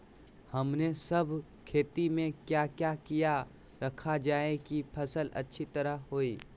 हमने सब खेती में क्या क्या किया रखा जाए की फसल अच्छी तरह होई?